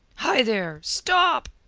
hi, there! stop!